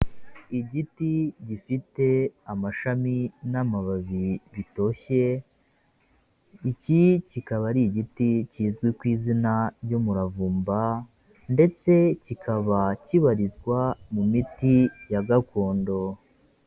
Igiti gifite amashami n'amababi bitoshye, iki kikaba ari igiti kizwi ku izina ry'umuravumba ndetse kikaba kibarizwa mu miti ya gakondo.